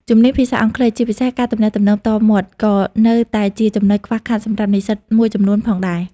ជំនាញភាសាអង់គ្លេស ជាពិសេសការទំនាក់ទំនងផ្ទាល់មាត់ ក៏នៅតែជាចំណុចខ្វះខាតសម្រាប់និស្សិតមួយចំនួនផងដែរ។